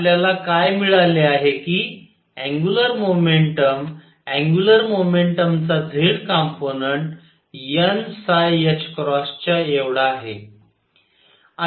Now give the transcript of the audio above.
तर आपल्याला काय मिळाले आहे कि अँग्युलर मोमेंटम अँग्युलर मोमेंटम चा z कंपोनंन्ट n च्या एवढा आहे